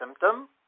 symptom